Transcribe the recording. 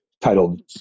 titled